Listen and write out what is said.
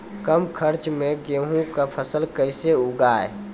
कम खर्च मे गेहूँ का फसल कैसे उगाएं?